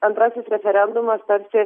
antrasis referendumas tarsi